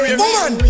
woman